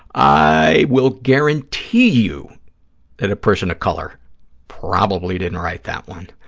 i will guarantee you that a person of color probably didn't write that one.